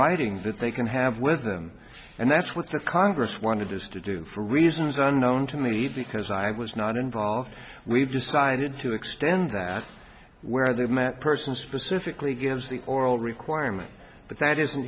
writing that they can have with them and that's what the congress wanted us to do for reasons unknown to me because i was not involved we decided to extend that where they've met persons specifically gives the oral requirements but that isn't